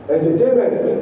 Entertainment